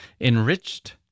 enriched